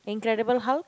Incredible Hulk